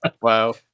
Wow